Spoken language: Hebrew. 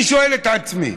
אני שואל את עצמי: